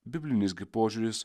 biblinis gi požiūris